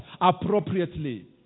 appropriately